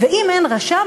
ואם אין רשם,